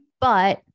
but-